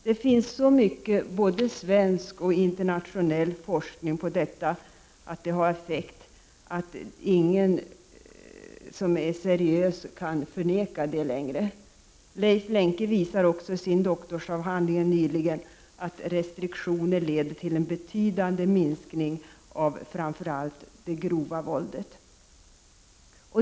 Det finns så mycket, både svensk och internationell, forskning om att detta har effekt att ingen som är seriös kan förneka det längre. Leif Lenke visade också i sin doktorsavhandling nyligen att restriktioner leder till en betydande minskning av framför allt det grova våldet.